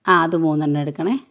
ആ അത് മൂന്ന് എണ്ണം എടുക്കണേ